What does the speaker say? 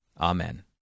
Amen